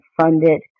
funded